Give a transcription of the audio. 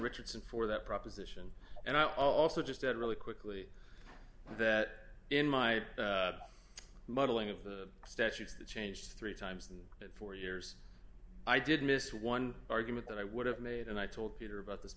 richardson for that proposition and i also just read really quickly that in my modeling of the statutes that change three times and four years i did miss one argument that i would have made and i told peter about this